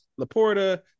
Laporta